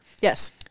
Yes